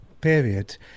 period